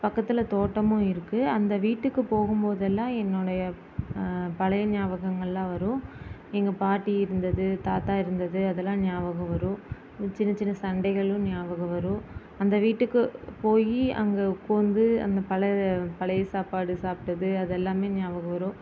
பக்கத்தில் தோட்டமும் இருக்குது அந்த வீட்டுக்கு போகும்போதெல்லாம் என்னுடைய பழைய ஞாபகங்கள்லாம் வரும் எங்கள் பாட்டி இருந்தது தாத்தா இருந்தது அதெலாம் ஞாபகம் வரும் சின்ன சின்ன சண்டைகளும் ஞாபகம் வரும் அந்த வீட்டுக்கு போய் அங்கே உட்காந்து அந்த பழ பழைய சாப்பாடு சாப்பிட்டது அதெல்லாமே ஞாபகம் வரும்